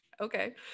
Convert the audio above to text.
Okay